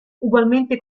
ugualmente